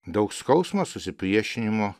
daug skausmo susipriešinimo